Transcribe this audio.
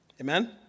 Amen